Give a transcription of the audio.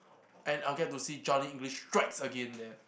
and I would get to see Johnny English Strikes Again there